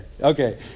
Okay